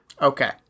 Okay